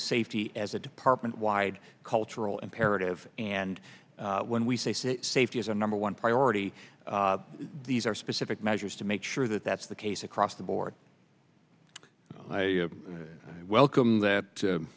safety as a department wide cultural imperative and when we say safety is our number one priority these are specific measures to make sure that that's the case across the board i welcome that